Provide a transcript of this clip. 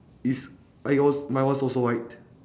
is are yours my one's also white